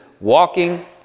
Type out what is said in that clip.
walking